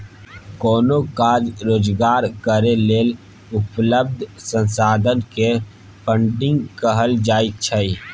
कोनो काज रोजगार करै लेल उपलब्ध संसाधन के फन्डिंग कहल जाइत छइ